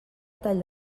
tall